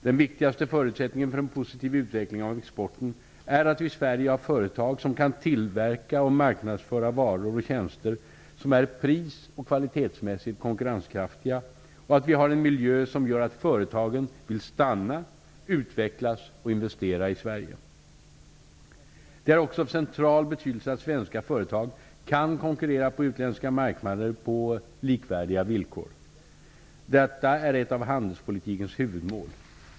Den viktigaste förutsättningen för en positiv utveckling av exporten är att vi i Sverige har företag som kan tillverka och marknadsföra varor och tjänster som är pris och kvalitetsmässigt konkurrenskraftiga, och att vi har en miljö som gör att företagen vill stanna, utvecklas och investera i Sverige. Det är också av central betydelse att svenska företag kan konkurrera på utländska marknader på likvärdiga villkor. Detta är ett av handelspolitikens huvudmål.